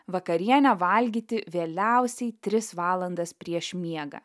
vakarienę valgyti vėliausiai tris valandas prieš miegą